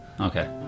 Okay